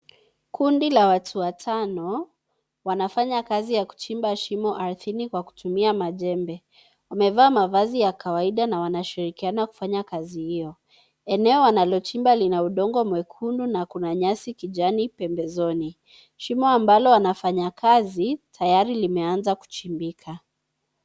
Kundi la watu watano wanafanya kazi ya kuchimba ardhini kwa kutumia majembe. Wamevaa mavazi ya kawaida na wana shirikiana kufanya kazi hiyo. Eneo wanalochimba lina udongo nyekundu na kuna nyasi kijani pembezoni. Shimo ambalo wanafanya kazi tayari limeanza kuchimbika.